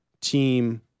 team